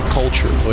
culture